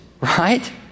right